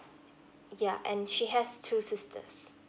yeah and she has two sisters